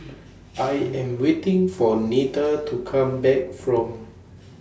I Am waiting For Neta to Come Back from